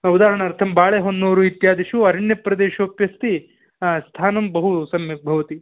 उदाहरणार्थं बाळेहोन्नूरु इत्यादिषु अरण्यप्रदेशोप्यस्ति स्थानं बहु सम्यग्भवति